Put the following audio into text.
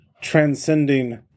transcending